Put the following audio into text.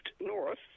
north